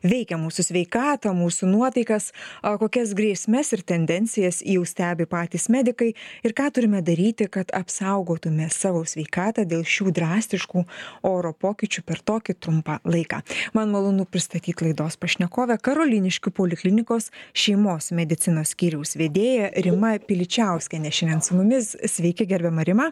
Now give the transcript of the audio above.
veikia mūsų sveikatą mūsų nuotaikas o kokias grėsmes ir tendencijas jau stebi patys medikai ir ką turime daryti kad apsaugotume savo sveikatą dėl šių drastiškų oro pokyčių per tokį trumpą laiką man malonu pristatyt laidos pašnekovę karoliniškių poliklinikos šeimos medicinos skyriaus vedėja rima piličiauskienė šiandien su mumis sveiki gerbiama rima